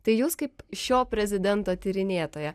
tai jūs kaip šio prezidento tyrinėtoja